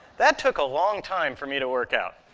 that took a long time for me to work out.